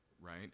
right